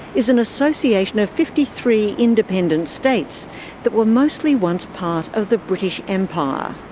is an association of fifty three independent states that were mostly once part of the british empire.